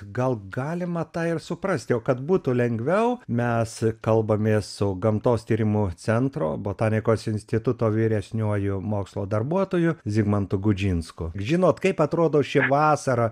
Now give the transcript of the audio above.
gal galima tą ir suprasti o kad būtų lengviau mes kalbamės su gamtos tyrimų centro botanikos instituto vyresniuoju mokslo darbuotoju zigmantu gudžinsku žinot kaip atrodo ši vasara